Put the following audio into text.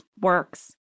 works